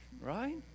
right